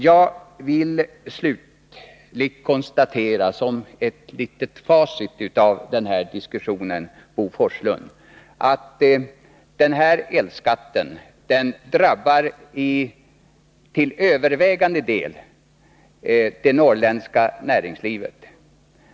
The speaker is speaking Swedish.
Jag vill slutligen, som ett litet facit av denna diskussion, Bo Forslund, konstatera att den här elskatten till övervägande del drabbar det norrländska näringslivet.